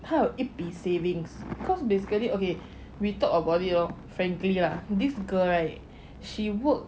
他有一比 savings because basically okay we talk about it lor frankly lah this girl right she work